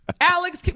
Alex